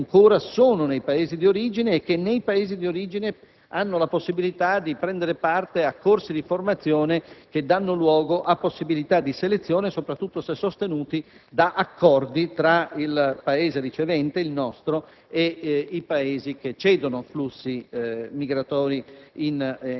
rispetto a persone che ancora sono nei Paesi di origine e che nei Paesi di origine hanno la possibilità di partecipare a corsi di formazione che danno luogo a possibilità di selezione, soprattutto se sostenuti da accordi tra il Paese ricevente, il nostro, e i Paesi che cedono flussi